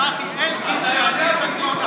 אמרתי שאלקין הוא ניסנקורן החדש.